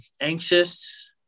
Anxious